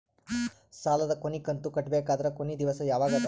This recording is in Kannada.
ಸಾಲದ ಕೊನಿ ಕಂತು ಕಟ್ಟಬೇಕಾದರ ಕೊನಿ ದಿವಸ ಯಾವಗದ?